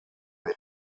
mit